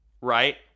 Right